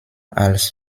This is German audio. als